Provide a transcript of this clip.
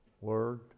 word